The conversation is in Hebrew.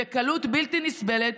בקלות בלתי נסבלת,